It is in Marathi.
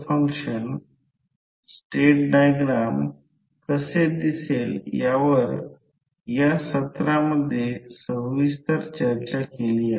7265 हेन्री असेल जे L1 आहे आणि M21 N 2 ∅21 ते प्रत्यक्षात ∅2 कारण इतर कॉइलमध्ये करंट नाही i2 0 आहे